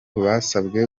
basabwe